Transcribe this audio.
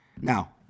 Now